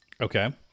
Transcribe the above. Okay